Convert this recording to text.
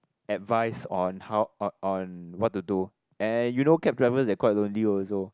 advice on how on what to do and you know cab drivers they are quite lonely also